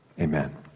Amen